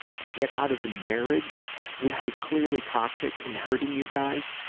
to get out of the marriage which was clearly toxic and hurting you guys.